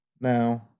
Now